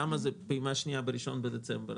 למה זה פעימה שנייה ב-1 בדצמבר?